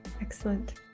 Excellent